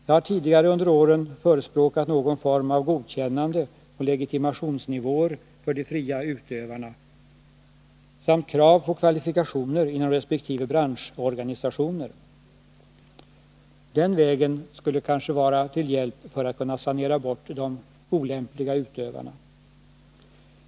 Jag har tidigare under åren förespråkat någon form av godkännande och legitimationsnivåer för de fria utövarna samt krav på kvalifikationer inom resp. branschorganisationer. Detta skulle kanske vara till hjälp när det gäller att sanera bort de olämpliga utövarna.